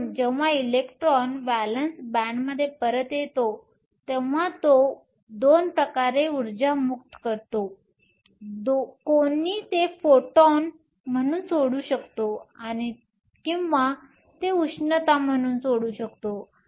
म्हणून जेव्हा electron valence बॅण्डमध्ये परत येतो तेव्हा तो 2 प्रकारे ऊर्जा मुक्त करतो कोणी ते फोटॉन म्हणून सोडू शकतो किंवा ते उष्णता म्हणून सोडू शकतो